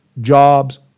jobs